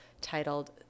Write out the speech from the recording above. titled